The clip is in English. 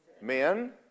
Men